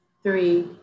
three